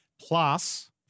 plus